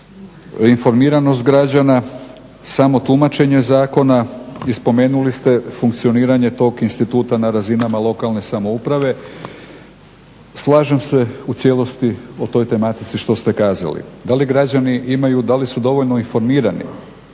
informiranost građana, samo tumačenje zakona i spomenuli ste funkcioniranje tog instituta na razinama lokalne samouprave. Slažem se u cijelosti o toj tematici što ste kazali. Da li građani imaju, da li su dovoljno informirani